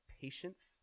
patience